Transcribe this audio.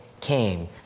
came